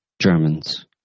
Germans